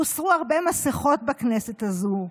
הוסרו הרבה מסכות בכנסת הזו,